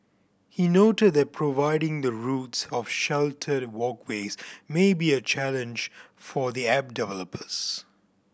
he noted that providing the routes of sheltered walkways may be a challenge for the app developers